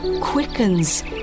quickens